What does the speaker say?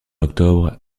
octobre